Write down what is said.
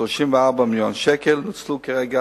34 מיליון שקל, נוצלו כרגע